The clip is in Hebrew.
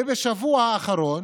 ובשבוע האחרון,